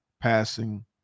passing